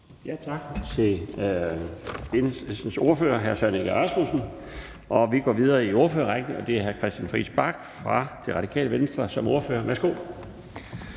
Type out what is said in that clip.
Tak til Enhedslistens ordfører, hr. Søren Egge Rasmussen. Vi går videre i ordførerrækken, og det er nu hr. Christian Friis Bach fra Radikale Venstre som ordfører. Værsgo.